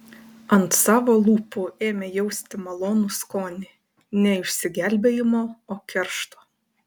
ant savo lūpų ėmė jausti malonų skonį ne išsigelbėjimo o keršto